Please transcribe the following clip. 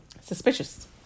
Suspicious